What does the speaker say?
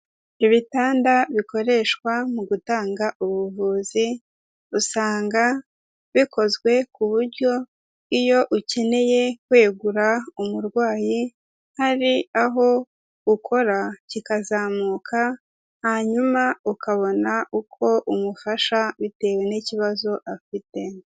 Ibitanda bikoreshwa mu gutanga ubuvuzi, usanga bikozwe ku buryo iyo ukeneye kwegura umurwayi, hari aho ukora kikazamuka, hanyuma ukabona uko umufasha bitewe n'ikibazo afite.